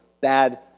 bad